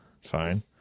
fine